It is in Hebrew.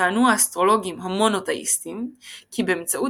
טענו האסטרולוגים המונותאיסטים כי באמצעות